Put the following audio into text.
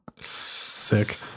Sick